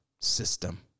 system